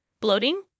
bloating